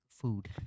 food